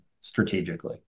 strategically